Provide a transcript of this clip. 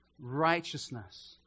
righteousness